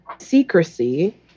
secrecy